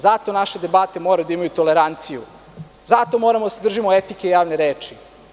Zato naše debate moraju da imaju toleranciju, zato moramo da se držimo etike javne reči.